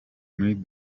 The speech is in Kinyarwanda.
muri